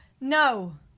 No